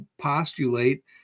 postulate